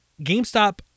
GameStop